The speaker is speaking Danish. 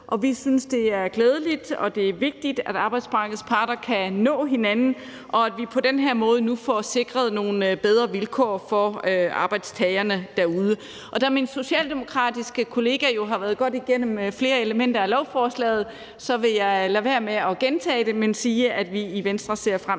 Vi synes, det er glædeligt, og det er vigtigt, at arbejdsmarkedets parter kan nå hinanden, og at vi på den her måde nu får sikret nogle bedre vilkår for arbejdstagerne derude. Og da min socialdemokratiske kollega jo har været godt igennem flere elementer af lovforslaget, vil jeg lade være med at gentage det, men sige, at vi i Venstre ser frem